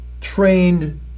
trained